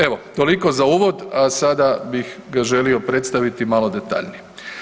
Evo, toliko za uvod, a sada bih ga želio predstaviti malo detaljnije.